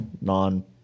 non